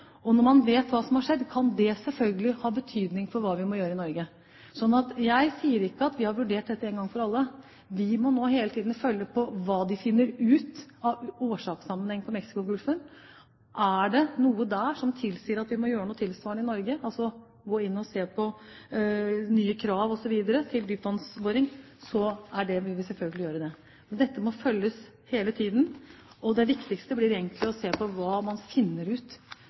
skjedd. Når man vet hva som har skjedd, kan det selvfølgelig ha betydning for hva vi må gjøre i Norge. Jeg sier ikke at vi har vurdert dette en gang for alle. Vi må hele tiden følge med på hva man finner ut av årsakssammenhengen i Mexicogolfen. Er det noe der som tilsier at vi må gjøre noe tilsvarende i Norge, altså gå inn og se på nye krav osv. til dypvannsboring, vil vi selvfølgelig gjøre det. Men dette må følges hele tiden, og det viktigste blir egentlig å se på hva man finner ut